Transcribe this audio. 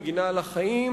מגינה על החיים,